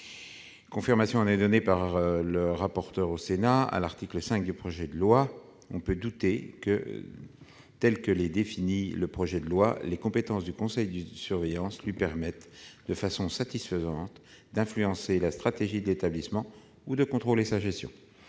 Sénat, qui écrivait à l'époque, au sujet de l'article 5 du projet de loi :« On peut douter que, telles que les définit le projet de loi, les compétences du conseil de surveillance lui permettent, de façon satisfaisante, d'influencer la stratégie de l'établissement ou de contrôler sa gestion.